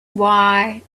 why